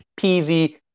peasy